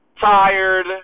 tired